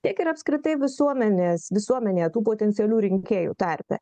tiek ir apskritai visuomenės visuomenė tų potencialių rinkėjų tarpe